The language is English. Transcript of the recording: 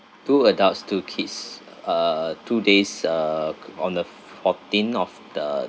two adults two kids uh two days uh k~ on the fourteen of the